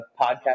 podcast